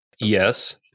Yes